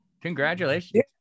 Congratulations